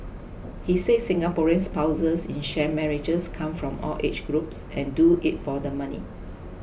he said Singaporean spouses in sham marriages come from all age groups and do it for the money